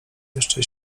jeszcze